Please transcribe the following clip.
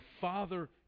Father